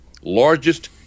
largest